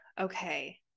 okay